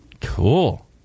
Cool